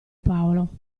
paolo